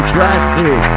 Plastic